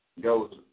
goes